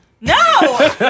No